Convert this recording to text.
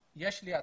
יש לי הצעה,